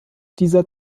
dieser